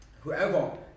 whoever